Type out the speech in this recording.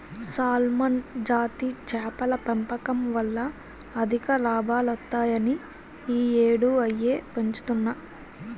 salmon జాతి చేపల పెంపకం వల్ల అధిక లాభాలొత్తాయని ఈ యేడూ అయ్యే పెంచుతన్ను